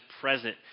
present